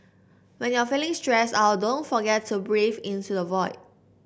when you are feeling stressed out don't forget to breathe into the void